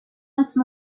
once